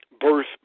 birth